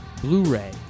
Blu-ray